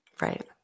Right